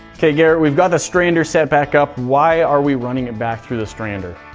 okay garrett, we've got the strander set back up, why are we running it back through the strander?